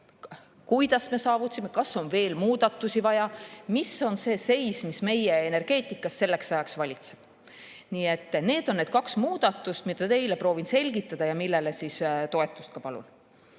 kuidas me selle saavutasime, kas on veel muudatusi vaja ja mis on see seis, mis meie energeetikas selleks ajaks valitseb. Nii et need on need kaks muudatust, mida ma teile proovin selgitada ja millele toetust palun.